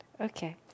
Okay